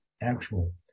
actual